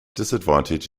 disadvantage